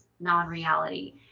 non-reality